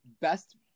best